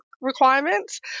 requirements